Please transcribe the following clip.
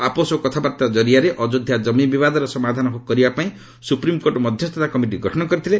ଆପୋଷ କଥାବାର୍ତ୍ତା ଜରିଆରେ ଅଯୋଧ୍ୟା ଜମି ବିବାଦର ସମାଧାନ କରିବା ପାଇଁ ସୁପ୍ରିମକୋର୍ଟ ମଧ୍ୟସ୍ଥତା କମିଟି ଗଠନ କରିଥିଲେ